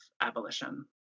abolition